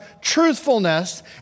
truthfulness